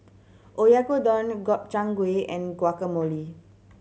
Oyakodon Gobchang Gui and Guacamole